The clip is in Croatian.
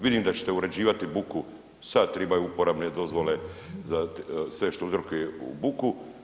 Vidim da ćete uređivati buku, sad tribaju uporabne dozvole, sve što uzrokuje buku.